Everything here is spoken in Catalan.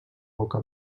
boca